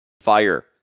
fire